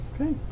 Okay